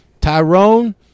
Tyrone